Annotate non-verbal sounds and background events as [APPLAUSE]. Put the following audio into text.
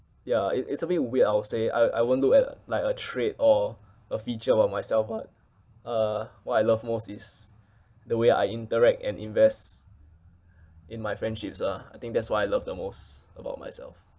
ya it it's a bit weird I would say I I won't do a like a trait or a feature of myself but uh what I love most is the way I interact and invest [BREATH] in my friendships lah I think that's what I love the most about myself